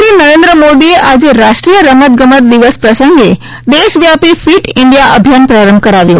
પ્રધાનમંત્રી નરેન્દ્ર મોદીએ આજે રાષ્ટ્રીય રમતગમત દિવસ પ્રસંગે દેશ વ્યાપી ફીટ ઇન્ડિયા અભિયાન પ્રારંભ કરાવ્યો